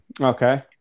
okay